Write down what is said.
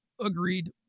agreed